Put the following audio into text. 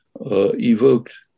evoked